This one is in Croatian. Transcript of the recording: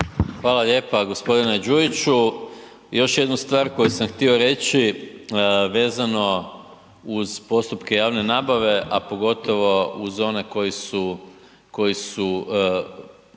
Hvala lijepa. Gospodine Đujiću još jednu stvar koju sam htio reći vezano uz postupke javne nabave, a pogotovo uz one koji su,